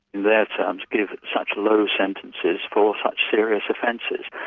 their terms, give such low sentences for such serious offences.